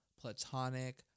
platonic